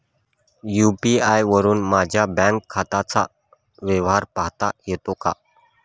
UPI वरुन माझ्या bank खात्याचा व्यवहार पाहता येतो का?